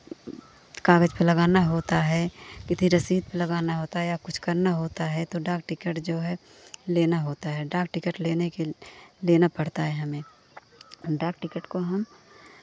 कागज़ पे लगाना होता है किती रसीद पे लगाना होता है या कुछ करना होता है तो डाक टिकट जो है लेना होता है डाक टिकट लेने के लिये लेना पड़ता है हमें डाक टिकट को हम